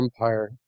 Empire